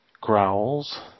growls